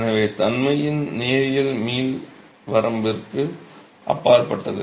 எனவே தன்மையின் நேரியல் மீள் வரம்பிற்கு அப்பாற்பட்டது